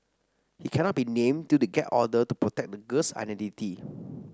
he cannot be named due to a gag order to protect the girl's identity